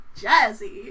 Jazzy